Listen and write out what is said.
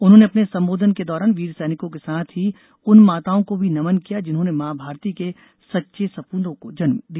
उन्होंने अपने संबोधन के दौरान वीर सैनिकों के साथ ही उन माताओं को भी नमन किया जिन्होंने मां भारती के सच्चे सपूतों को जन्म दिया